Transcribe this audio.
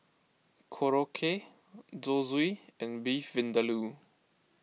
Korokke Zosui and Beef Vindaloo